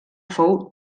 fou